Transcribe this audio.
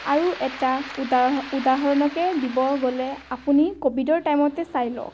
আৰু এটা উদাহ উদাহৰণকে দিব গ'লে আপুনি ক'ভিডৰ টাইমতে চাই লওক